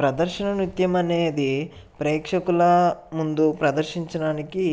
ప్రదర్శన నృత్యము అనేది ప్రేక్షకుల ముందు ప్రదర్శించడానికి